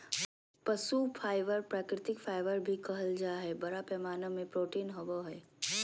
पशु फाइबर प्राकृतिक फाइबर भी कहल जा हइ, बड़ा पैमाना में प्रोटीन होवो हइ